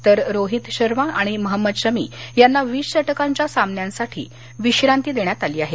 तर रोहित शर्मा आणि मोहम्मद शामी यांना वीस षटकांच्या सामन्यांसाठी विश्रांती देण्यात आली आहे